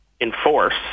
enforce